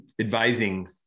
advising